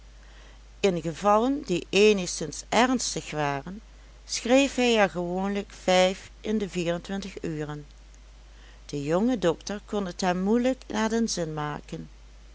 in gevallen die eenigszins ernstig waren schreef hij er gewoonlijk vijf in de vierentwintig uren de jonge dokter kon het hem moeielijk naar den zin maken